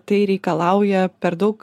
tai reikalauja per daug